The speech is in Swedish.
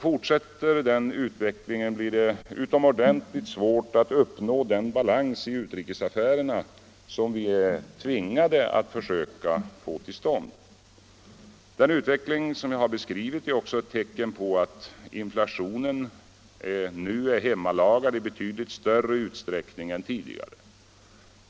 Fortsätter den utvecklingen blir det utomordentligt svårt att uppnå den balans i utrikesaffärerna, som vi är tvingade att försöka få till stånd. Den utveckling som jag har beskrivit är också ett tecken på att inflationen nu är hemmalagad i betydligt större utsträckning än tidigare.